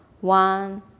one